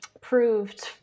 proved